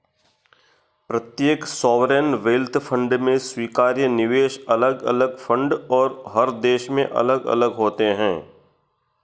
प्रत्येक sovereign wealth fund में स्वीकार्य निवेश अलग अलग फंड और हर देश में अलग अलग होते हैं